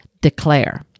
declare